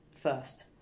first